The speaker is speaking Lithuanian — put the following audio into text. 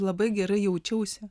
labai gera jaučiausi